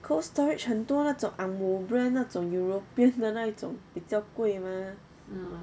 Cold Storage 很多那种 ang moh brand 那种 european 的那一种比较贵吗